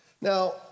Now